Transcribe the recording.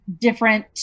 different